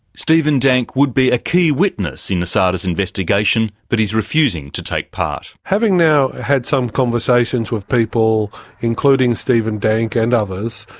stephen dank would be a key witness in asada's investigation, but he is refusing to take part. having now had some conversations with people, including stephen dank and others,